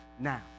Now